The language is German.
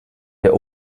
der